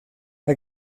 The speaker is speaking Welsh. mae